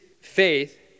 faith